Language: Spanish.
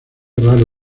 raro